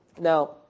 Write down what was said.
Now